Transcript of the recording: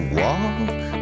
walk